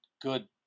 good